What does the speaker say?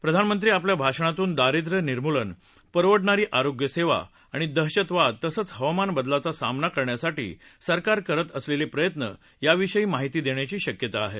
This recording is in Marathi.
प्रधानमंत्री आपल्या भाषणातून दारिव्र्य निर्मूलन परवडणारी आरोग्यसेवा आणि दहशतवाद तसंच हवामान बदलाचा सामना करण्यासाठी सरकार करत असलेले प्रयत्न याविषयी माहिती देण्याची शक्यता आहे